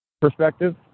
perspective